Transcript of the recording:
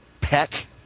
pet